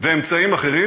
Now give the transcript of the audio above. ואמצעים אחרים,